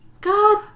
God